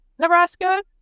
Nebraska